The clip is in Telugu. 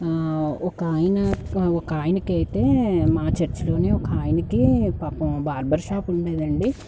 ఒక ఆయన ఒక ఆయనకైతే మా చర్చ్ లోనే ఒక ఆయనకి పాపం బార్బర్ షాప్ ఉండేదండి